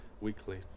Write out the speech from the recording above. weekly